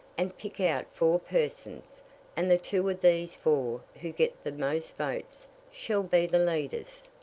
and pick out four persons and the two of these four who get the most votes shall be the leaders.